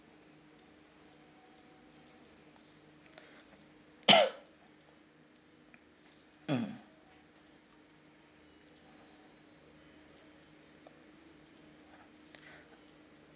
mm